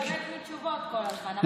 הוא מתחמק מתשובות כל הזמן.